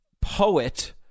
poet